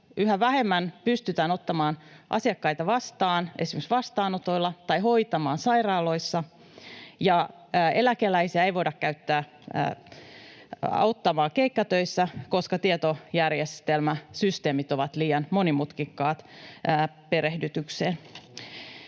Yhä vähemmän pystytään ottamaan asiakkaita vastaan esimerkiksi vastaanotoilla tai hoitamaan sairaaloissa, ja eläkeläisiä ei voida käyttää auttamaan keikkatöissä, koska tietojärjestelmäsysteemit ovat liian monimutkikkaat perehdytykseen.